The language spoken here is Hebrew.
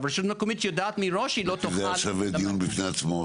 רשות מקומית יודעת מראש שהיא לא תוכל --- זה שווה דיון בפני עצמו.